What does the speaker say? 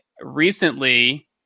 recently